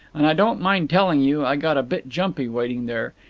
and i don't mind telling you i got a bit jumpy, waiting there.